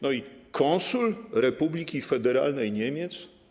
No i konsul Republiki Federalnej Niemiec?